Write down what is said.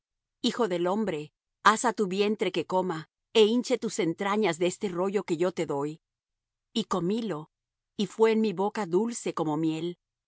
hijo del hombre haz á tu vientre que coma é hinche tus entrañas de este rollo que yo te doy y comílo y fué en mi boca dulce como miel